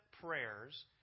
prayers